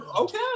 okay